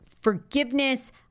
Forgiveness